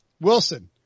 Wilson